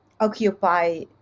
occupy